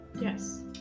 yes